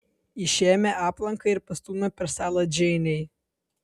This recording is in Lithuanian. išėmė aplanką ir pastūmė per stalą džeinei